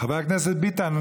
חבר הכנסת ביטן,